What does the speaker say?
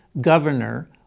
governor